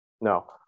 No